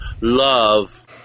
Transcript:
love